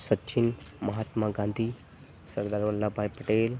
Sachin Mahatma Gandhi Sardar Vallabhbhai Patel